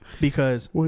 Because-